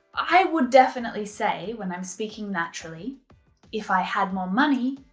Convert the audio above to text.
i would definitely say when i'm speaking naturally if i had more money,